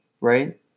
right